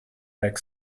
bag